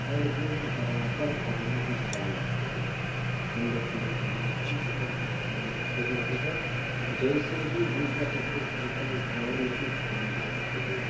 اور اس میں ہم برابر پانی کا خیال رکھتے ہیں ٹھنڈے ٹھنڈے پانی کا موٹر کا انتظام رکھتے ہیں وہیں پر جیسے ہی ہلکا سا خشک ہوتا ہے ہم فوراً اس میں پانی ڈال دیتے ہیں